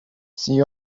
see